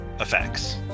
effects